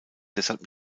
deshalb